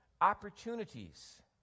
opportunities